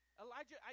Elijah